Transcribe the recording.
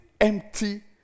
empty